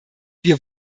wir